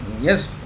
yes